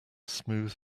smooth